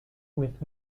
with